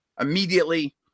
immediately